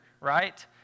right